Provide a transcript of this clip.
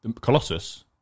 Colossus